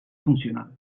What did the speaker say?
funcional